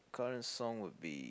current song would be